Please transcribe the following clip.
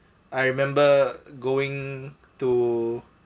I remember going to